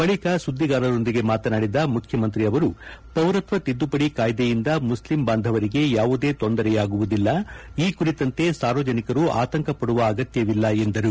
ಬಳಿಕ ಸುದ್ದಿಗಾರರೊಂದಿಗೆ ಮಾತನಾಡಿದ ಮುಖ್ಯಮಂತ್ರಿ ಅವರು ಪೌರತ್ವ ತಿದ್ದುಪದಿ ಕಾಯ್ದೆಯಿಂದ ಮುಸ್ಲಿಂ ಬಾಂಧವರಿಗೆ ಯಾವುದೇ ತೊಂದರೆಯಾಗುವುದಿಲ್ಲ ಈ ಕುರಿತಂತೆ ಸಾರ್ವಜನಿಕರು ಆತಂಕಪಡುವ ಅಗತ್ಯವಿಲ್ಲ ಎಂದರು